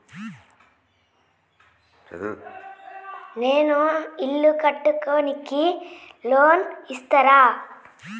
నేను ఇల్లు కట్టుకోనికి లోన్ ఇస్తరా?